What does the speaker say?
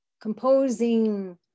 composing